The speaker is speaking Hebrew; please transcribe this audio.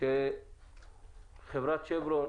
שמענו שחברת שברון,